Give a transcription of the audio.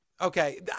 okay